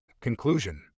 conclusion